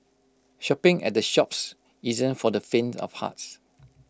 shopping at the Shoppes isn't for the faint of hearts